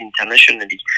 internationally